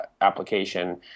application